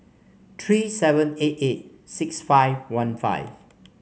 three seven eight eight six five one five